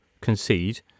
concede